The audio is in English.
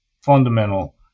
fundamental